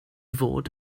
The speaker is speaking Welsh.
fod